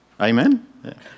Amen